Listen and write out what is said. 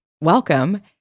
welcome